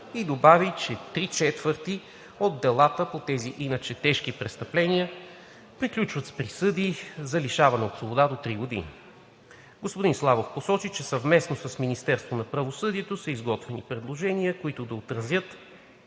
и добави, че три-четвърти от делата, по тези иначе тежки престъпления, приключват с присъди за лишаване от свобода до три години. Господин Славов посочи, че съвместно с Министерството на правосъдието са изготвени предложения, които да отразят